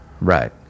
Right